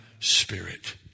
Spirit